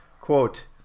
Quote